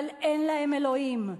אבל אין להם אלוהים,